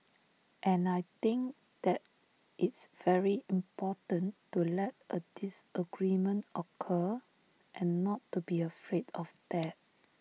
and I think that it's very important to let A disagreement occur and not to be afraid of that